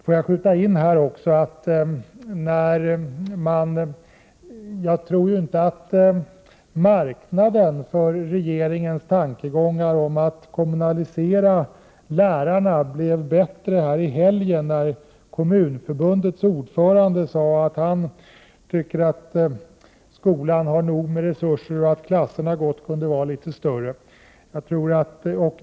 Låt mig här skjuta in att jag inte tror att marknaden för regeringens tankegångar om att kommunalisera lärarna blev bättre när Kommunförbundets ordförande i helgen sade att han tycker att skolan har nog med resurser och att klasserna gott kunde vara litet större.